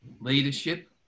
leadership